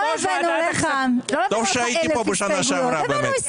לא הבאנו לך 1,000 הסתייגויות, הבאנו 20